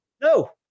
No